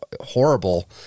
horrible